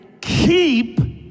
keep